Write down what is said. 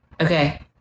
Okay